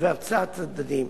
והוצאות הצדדים,